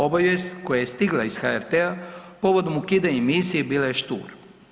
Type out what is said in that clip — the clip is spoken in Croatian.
Obavijest koja je stigla iz HRT-a povodom ukidanja emisije, bila je štura.